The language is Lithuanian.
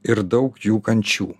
ir daug jų kančių